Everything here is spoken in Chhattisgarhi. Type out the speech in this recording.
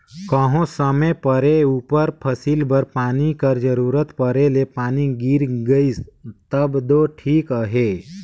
कहों समे परे उपर फसिल बर पानी कर जरूरत परे ले पानी गिर गइस तब दो ठीक अहे